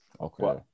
Okay